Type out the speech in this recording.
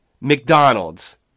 McDonald's